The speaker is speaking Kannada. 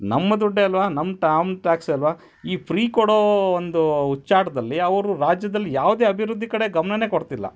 ನಮ್ಮ ದುಡ್ಡೇ ಅಲ್ವಾ ನಮ್ಮ ಟಾಮ್ ನಮ್ಮ ಟ್ಯಾಕ್ಸೆ ಅಲ್ವಾ ಈ ಫ್ರೀ ಕೊಡೋ ಒಂದು ಹುಚ್ಚಾಟದಲ್ಲಿ ಅವರು ರಾಜ್ಯದಲ್ಲಿ ಯಾವ್ದೇ ಅಭಿವೃದ್ಧಿ ಕಡೆ ಗಮ್ನನೇ ಕೊಡ್ತಿಲ್ಲ